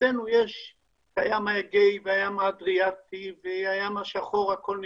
אצלנו קיים הים השחור, הכול נכנס.